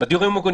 בתי דיור מוגן.